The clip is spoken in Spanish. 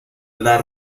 las